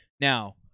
Now-